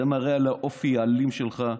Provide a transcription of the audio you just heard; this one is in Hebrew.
זה מראה על האופי האלים שלך,